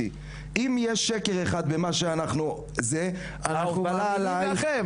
יש שקר אחד במה שאנחנו אומרים,